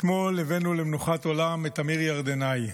אתמול הבאנו למנוחת עולם את אמיר ירדנאי.